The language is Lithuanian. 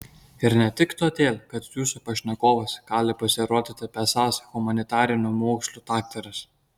ir ne tik todėl kad jūsų pašnekovas gali pasirodyti besąs humanitarinių mokslų daktaras